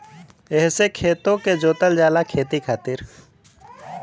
एहसे खेतो के जोतल जाला खेती खातिर